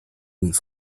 印刷